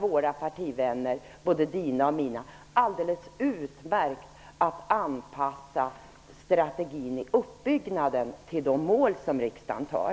Våra partivänner, både Birgit Friggebos och mina, klarar alldeles utmärkt att anpassa strategin i uppbyggnaden till de mål som riksdagen har.